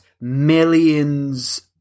millions